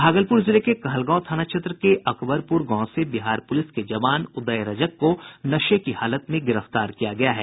भागलपुर जिले के कहलगांव थाना क्षेत्र के अकबरपुर गांव से बिहार पुलिस के जवान उदय रजक को नशे की हालत में गिरफ्तार किया गया है